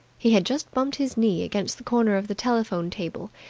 he had just bumped his knee against the corner of the telephone table,